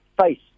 face